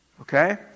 Okay